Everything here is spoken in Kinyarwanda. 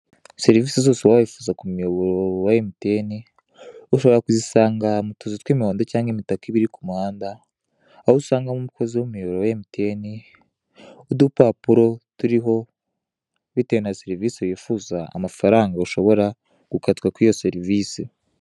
Serivise zose waba wifuza ku muyoboro wa mtn, ushobora kuzisanga mu tuzi tw'umuhondo cyangwa imitaka, iba iri ku mihanda. Aho usangamo umukozi w'umuyoboro wa mtn, udupapuro turiho, bitewe na serivise wifuza amafaranga ushobora gukatwa kw'iyo serivise.